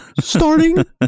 Starting